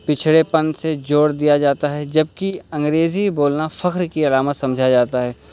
پچھڑے پن سے جوڑ دیا جاتا ہے جبکہ انگریزی بولنا فخر کی علامت سمجھا جاتا ہے